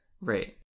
right